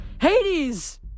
Hades